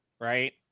right